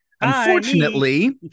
Unfortunately